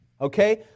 Okay